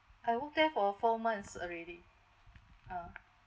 I work there for four months already ah